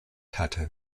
hatte